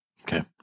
Okay